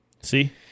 See